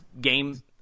game